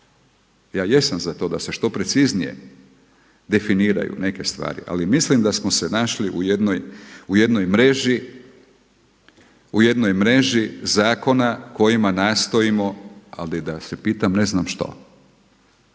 Ja jesam za to da se što preciznije definiraju neke stvari, ali mislim da smo se našli u jednoj mreži zakona kojima nastojimo, ali da se pitam ne znam što,